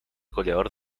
goleador